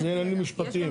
זה עניינים משפטיים.